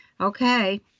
okay